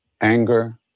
anger